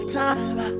time